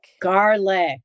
Garlic